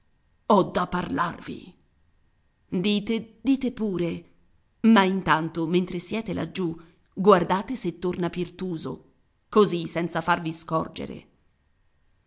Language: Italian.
ho da parlarvi dite dite pure ma intanto mentre siete laggiù guardate se torna pirtuso così senza farvi scorgere